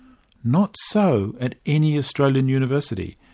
not so at any australian university.